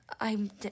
I'm